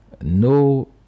no